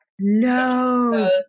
No